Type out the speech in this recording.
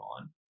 on